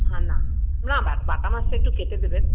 হ্যাঁ না না বাটা মাছটা একটু কেটে দেবেন